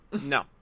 No